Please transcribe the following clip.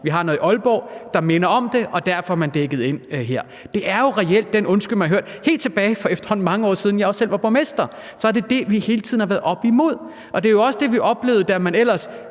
der er noget i Aalborg, der minder om det, og derfor er man dækket ind her. Det er reelt den undskyldning, man har hørt helt tilbage fra for efterhånden mange år siden, også dengang jeg selv var borgmester, og det er det, vi hele tiden har været oppe imod. Det var også det, vi oplevede, da man ellers